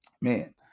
man